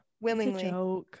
willingly